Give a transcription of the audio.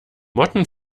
motten